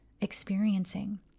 experiencing